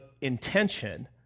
intention